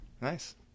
Nice